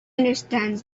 understands